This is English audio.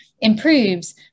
improves